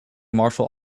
martial